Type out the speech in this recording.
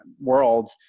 world